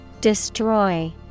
Destroy